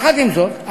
יחד עם זאת,